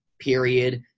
period